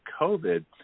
COVID